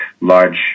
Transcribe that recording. large